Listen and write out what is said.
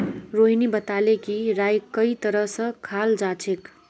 रोहिणी बताले कि राईक कई तरह स खाल जाछेक